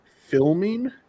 filming